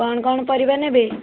କ'ଣ କ'ଣ ପରିବା ନେବେ